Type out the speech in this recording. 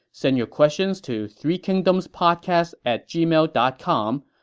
send your questions to three kingdomspodcast at gmail dot com.